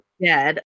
dead